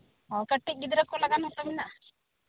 ᱚ ᱠᱟᱹᱴᱤᱡ ᱜᱤᱫᱽᱨᱟᱹ ᱠᱚ ᱞᱟᱜᱟᱱ ᱦᱚᱸᱛᱚ ᱢᱮᱱᱟᱜᱼᱟ